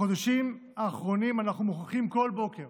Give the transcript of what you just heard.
בחודשים האחרונים אנחנו מוכיחים כל בוקר